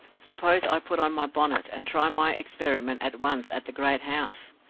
suppose i put on my bonnet, and try my experiment at once at the great house?